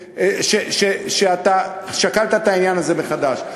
שאתה שקלת את העניין הזה מחדש.